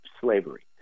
slavery